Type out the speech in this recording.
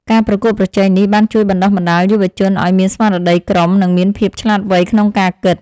ការប្រកួតប្រជែងនេះបានជួយបណ្តុះបណ្តាលយុវជនឱ្យមានស្មារតីក្រុម និងមានភាពឆ្លាតវៃក្នុងការគិត។